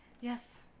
Yes